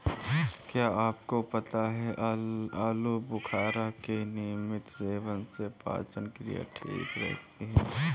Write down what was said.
क्या आपको पता है आलूबुखारा के नियमित सेवन से पाचन क्रिया ठीक रहती है?